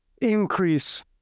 Increase